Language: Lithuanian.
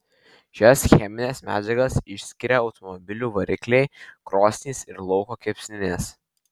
šias chemines medžiagas išskiria automobilių varikliai krosnys ir lauko kepsninės